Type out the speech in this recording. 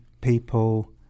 people